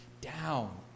Down